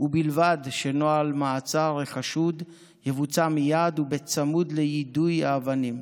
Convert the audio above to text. ובלבד שנוהל מעצר החשוד יבוצע מייד ובצמוד ליידוי האבנים.